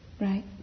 right